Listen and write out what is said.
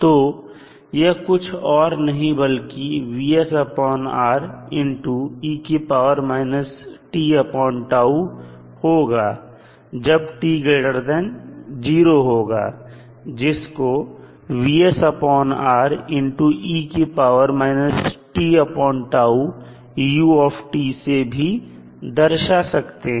तो यह कुछ और नहीं बल्कि होगा जब t0 होगा जिसको से भी दर्शा सकते हैं